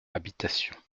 habitation